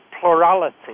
plurality